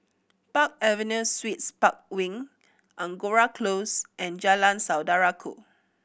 Park Avenue Suites Park Wing Angora Close and Jalan Saudara Ku